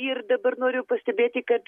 ir dabar noriu pastebėti kad